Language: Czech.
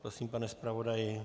Prosím, pane zpravodaji.